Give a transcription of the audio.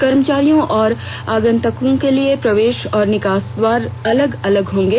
कर्मचारियों और आगंतुकों के लिए प्रवेश और निकास द्वार अलग अलग होंगे